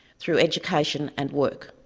through education and work.